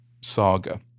saga